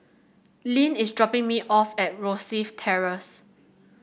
Linn is dropping me off at Rosyth Terrace